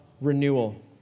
renewal